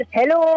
hello